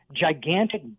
gigantic